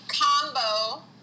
combo